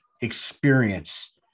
experience